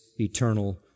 eternal